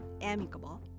amicable